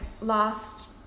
last